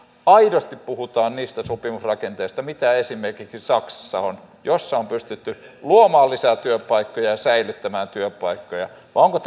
aidosti puhutaan niistä sopimusrakenteista mitä esimerkiksi saksassa on jossa on pystytty luomaan lisää työpaikkoja ja säilyttämään työpaikkoja vai onko